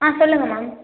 ஆ சொல்லுங்கள் மேம்